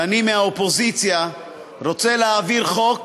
שאני מהאופוזיציה רוצה להעביר חוק